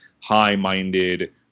high-minded